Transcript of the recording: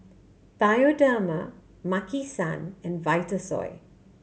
Bioderma Maki San and Vitasoy